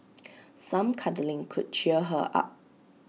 some cuddling could cheer her up